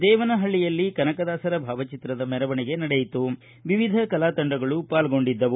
ದೇವನಹಳ್ಳಯಲ್ಲಿ ಕನಕದಾಸರ ಭಾವಚಿತ್ರದ ಮೆರವಣಿಗೆ ನಡೆಯಿತು ವಿವಿಧ ಕಲಾತಂಡಗಳು ಪಾಲ್ಗೊಂಡಿದ್ದವು